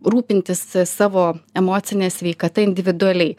rūpintis savo emocine sveikata individualiai